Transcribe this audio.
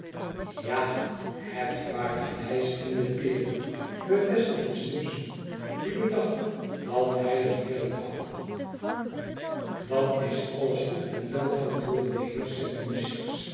ja het paradijs en de peri bevestigde simpson die bedacht dat hij er heerlijk afkwam dat is alles goed en wel antwoordde de heer septimus hicks